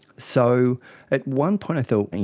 so at one point i thought,